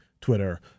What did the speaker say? Twitter